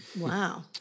Wow